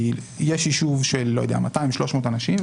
כי יש יישוב של 300-200 אנשים,